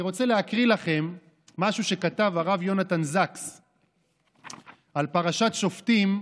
אני רוצה להקריא לכם משהו שכתב הרב יונתן זקס על פרשת שופטים,